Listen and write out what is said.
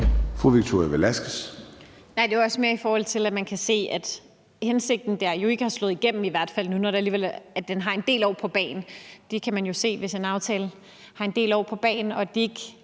Fru Victoria Velasquez.